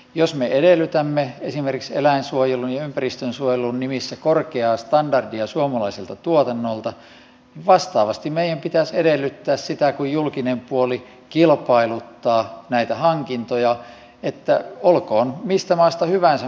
jos me edellytämme esimerkiksi eläinsuojelun ja ympäristönsuojelun nimissä korkeaa standardia suomalaiselta tuotannolta niin vastaavasti kun julkinen puoli kilpailuttaa näitä hankintoja meidän pitäisi edellyttää sitä että suomalaisten standardien täytyy täyttyä olkoon mistä maasta hyvänsä